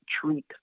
treat